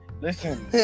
Listen